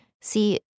See